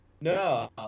No